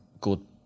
good